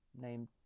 named